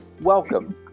Welcome